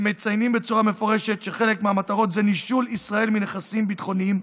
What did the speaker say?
הם מציינים בצורה מפורשת שחלק מהמטרות זה נישול ישראל מנכסים ביטחוניים,